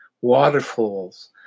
waterfalls